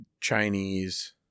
chinese